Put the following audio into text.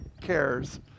cares